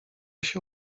się